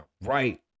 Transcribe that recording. right